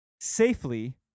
safely